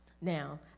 Now